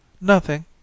Nothing